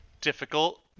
difficult